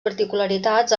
particularitats